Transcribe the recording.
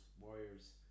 Warriors